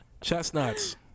Chestnuts